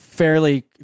Fairly